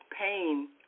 pain